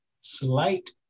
slight